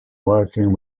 working